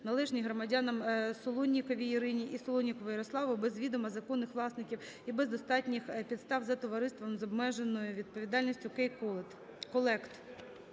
належні громадянам Солонніковій Ірині і Солоннікову Ярославу, без відому законних власників і без достатніх підстав за Товариством з обмеженою відповідальністю "Кей-Колект".